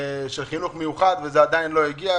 של החינוך המיוחד, וזה עדיין לא הגיע.